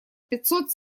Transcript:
пятьсот